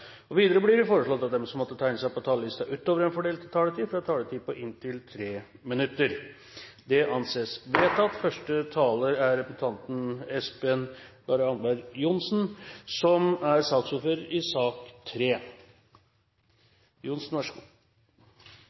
taletid. Videre blir det foreslått at de som måtte tegne seg på talerlisten utover den fordelte taletid, får en taletid på inntil 3 minutter. – Det anses vedtatt. Det nyleg avhalde klimatoppmøtet i Durban i Sør Afrika gav ei avtale som hindra kollaps i